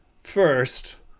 first